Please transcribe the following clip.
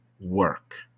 work